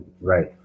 Right